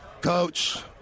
coach